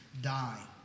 die